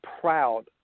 proud